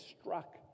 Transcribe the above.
struck